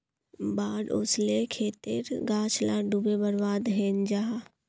बाढ़ ओस्ले खेतेर गाछ ला डूबे बर्बाद हैनं जाहा